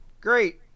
great